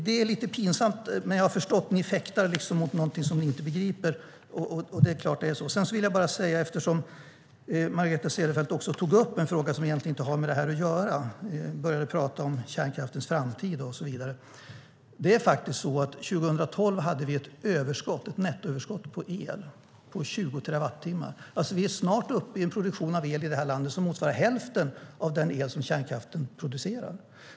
Det är lite pinsamt att jag behöver förklara det här, men jag har förstått att ni fäktar mot något som ni inte begriper. Sedan vill jag också säga, eftersom Margareta Cederfelt tog upp en fråga som egentligen inte har med det här att göra och började prata om kärnkraftens framtid och så vidare, att 2012 hade vi ett nettoöverskott på el på 20 terawattimmar. Vi är snart uppe i en produktion av el i det här landet som motsvarar hälften av den el som kärnkraften producerar.